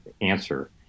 answer